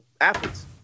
athletes